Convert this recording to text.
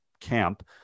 camp